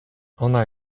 ona